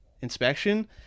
inspection